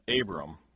Abram